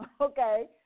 okay